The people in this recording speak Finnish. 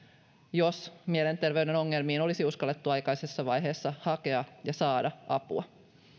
jos mielenterveyden ongelmiin olisi uskallettu aikaisessa vaiheessa hakea ja saada apua